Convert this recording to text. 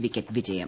wicket വിജയം